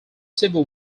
civil